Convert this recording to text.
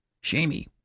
Shamey